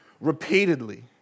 repeatedly